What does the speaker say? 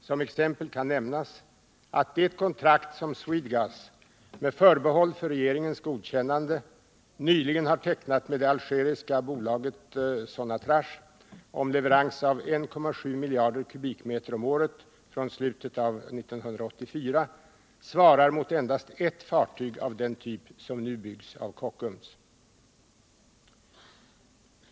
Som exempel kan nämnas att det kontrakt som Swedegas — med förbehåll för regeringens godkännande — nyligen har tecknat med det algeriska bolaget Sonatrach om leverans av 1,7 miljarder m? om året från slutet av 1984 svarar mot endast ett fartyg av den typ som nu byggs av Kockums.